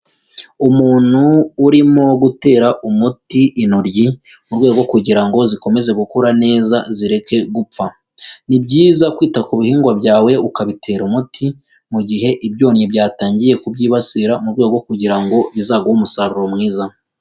Umuntu urimo gutera umuti intoryi mu rwego kugira ngo zikomeze gukura neza zireke gupfa. Ni byiza kwita ku bihingwa byawe ukabitera umuti, mu gihe ibyonnyi byatangiye kubyibasira mu rwego kugira ngo bizaguhe umusaruro mwiza.